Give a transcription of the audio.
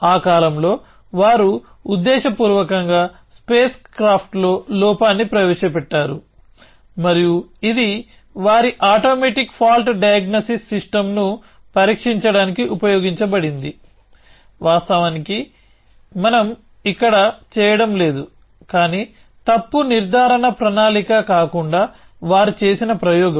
ఆ కాలంలో వారు ఉద్దేశపూర్వకంగా స్పేస్ క్రాఫ్ట్లో లోపాన్ని ప్రవేశపెట్టారు మరియు ఇది వారి ఆటోమేటిక్ ఫాల్ట్ డయాగ్నసిస్ సిస్టమ్ను పరీక్షించడానికి ఉపయోగించబడింది వాస్తవానికి మనం ఇక్కడ చేయడం లేదు కానీ తప్పు నిర్ధారణ ప్రణాళిక కాకుండా వారు చేసిన ప్రయోగం